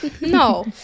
No